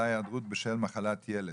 הצעת חוק דמי מחלה (היעדרות בשל מחלת ילד).